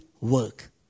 work